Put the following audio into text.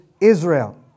Israel